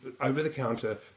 over-the-counter